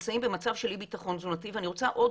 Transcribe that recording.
במצב של אי ביטחון תזונתי ואני רוצה עוד